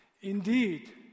indeed